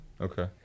Okay